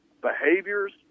behaviors